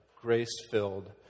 grace-filled